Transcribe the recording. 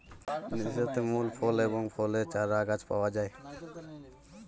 নার্সারিতে মেলা ফুল এবং ফলের চারাগাছ পাওয়া যায়